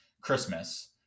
Christmas